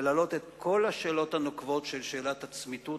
ולהעלות את כל השאלות הנוקבות של שאלת הצמיתות.